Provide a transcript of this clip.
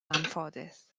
anffodus